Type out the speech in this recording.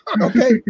Okay